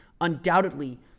undoubtedly